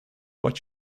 what